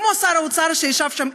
כמו שר האוצר שישב שם,